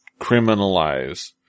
criminalize